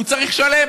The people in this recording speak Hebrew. הוא צריך לשלם.